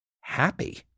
happy